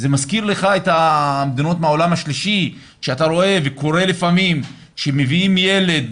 מזכיר לך את המדינות מהעולם השלישי שאתה רואה וקורא לפעמים שמביאים ילד,